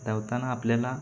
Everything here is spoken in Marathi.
धावताना आपल्याला